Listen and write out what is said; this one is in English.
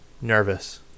nervous